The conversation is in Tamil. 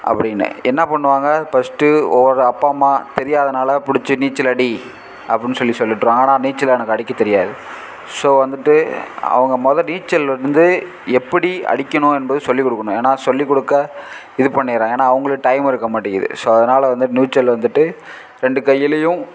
அப்படின்னு என்னப் பண்ணுவாங்க பஸ்ட்டு ஒவ்வொரு அப்பா அம்மா தெரியாதனால் பிடிச்சி நீச்சல் அடி அப்புடின்னு சொல்லி சொல்லிவிட்ருவாங்க ஆனால் நீச்சல் எனக்கு அடிக்கத் தெரியாது ஸோ வந்துட்டு அவங்க மொதல் நீச்சல் வந்து எப்படி அடிக்கணும் என்பது சொல்லிக் கொடுக்கணும் ஏன்னால் சொல்லிக் கொடுக்க இது பண்ணிடுறாங்க ஏன்னால் அவங்களுக்கு டைம் இருக்க மாட்டிங்கிது ஸோ அதனால் வந்து நீச்சல் வந்துட்டு ரெண்டு கையிலேயும்